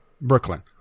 Brooklyn